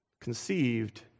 conceived